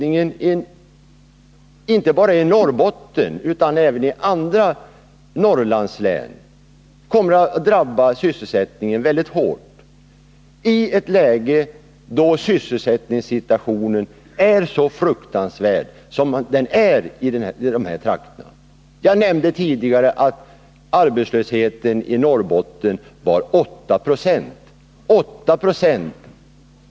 Inte bara i Norrbotten utan även i andra Norrlandslän. Det kommer att drabba sysselsättningen väldigt hårt just när sysselsättningssituationen är så fruktansvärd som den är i de här trakterna. Jag nämnde tidigare att arbetslösheten i Norrbotten är 8 26.